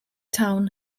town